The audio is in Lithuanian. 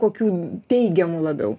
kokių teigiamų labiau